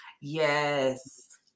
Yes